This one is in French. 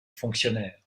fonctionnaire